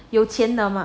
but 有钱拿吗